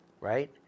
right